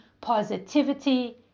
positivity